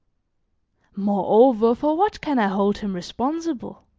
moreover, for what can i hold him responsible?